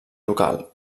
local